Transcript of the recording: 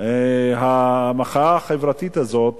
המחאה החברתית הזאת